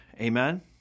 amen